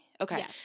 okay